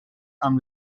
amb